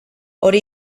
hori